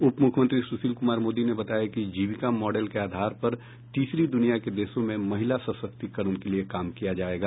उप मुख्यमंत्री सुशील कुमार मोदी ने बताया कि जीविका मॉडल के आधार पर तीसरी दुनिया के देशों में महिला सशक्तिकरण के लिए काम किया जायेगा